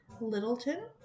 Littleton